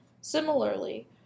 Similarly